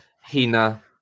Hina